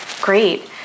Great